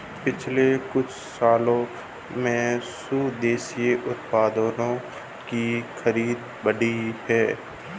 पिछले कुछ सालों में स्वदेशी उत्पादों की खरीद बढ़ी है